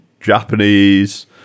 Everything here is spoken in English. Japanese